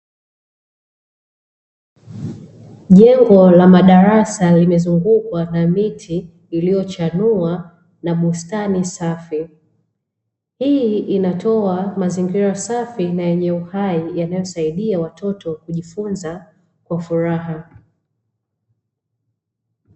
Jengo la madarasa limezungukwa na miti iliyochanua na bustani safi, hii inatoa mazingira safi na nyenye uhai yanayowasaidia watoto kujifunza kwa furaha.